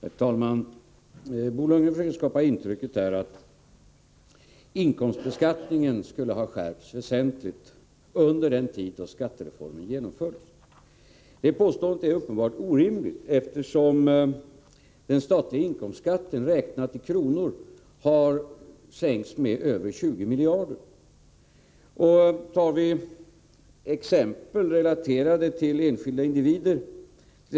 Herr talman! Bo Lundgren försöker här skapa intrycket att inkomstbeskattningen skulle ha skärpts väsentligt under den tid då skattereformen genomfördes. Det påståendet är uppenbart orimligt, eftersom den statliga inkomstskatten räknat i kronor har sänkts med över 20 miljarder. Vi kan ta exempel relaterade till enskilda individer.